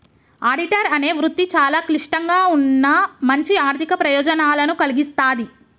auditor అనే వృత్తి చాలా క్లిష్టంగా ఉన్నా మంచి ఆర్ధిక ప్రయోజనాలను కల్గిస్తాది